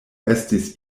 estis